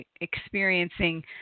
experiencing